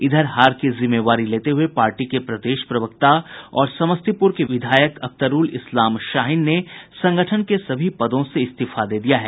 इधर हार की जिम्मेवारी लेते हुए पार्टी के प्रदेश प्रवक्ता और समस्तीपुर के विधायक अख्तरुल इस्लाम शाहीन ने संगठन के सभी पदों से इस्तीफा दे दिया है